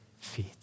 feet